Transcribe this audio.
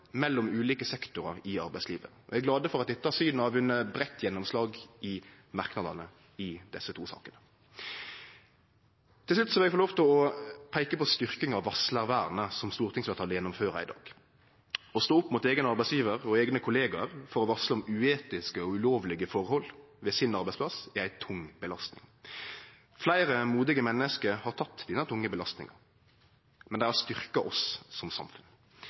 mellom ulike sektorar i arbeidslivet. Vi er glad for at dette synet har vunne breitt gjennomslag i merknadene i desse to sakene. Til slutt vil eg få lov til å peike på styrking av varslarvernet, som stortingsfleirtalet i dag ber regjeringa gjennomføre. Å stå opp mot eigen arbeidsgjevar og eigne kollegaer for å varsle om uetiske og ulovlege forhold ved arbeidsplassen sin er ei tung belastning. Fleire modige menneske har teke denne tunge belastninga, men det har styrkt oss som samfunn.